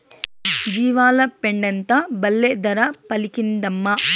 జీవాల పెండంతా బల్లే ధర పలికిందమ్మా